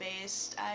based